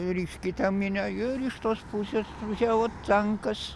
reiškia į tą minią ir iš tos pusės atvažiavo tankas